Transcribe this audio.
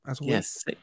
Yes